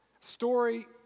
story